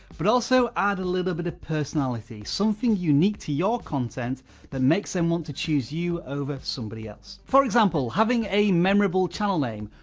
but also add a little bit of personality. something unique to your content that makes them want to choose you over somebody else. for example, having a memorable channel name.